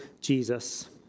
jesus